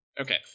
Okay